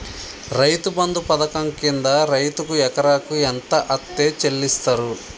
రైతు బంధు పథకం కింద రైతుకు ఎకరాకు ఎంత అత్తే చెల్లిస్తరు?